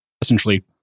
essentially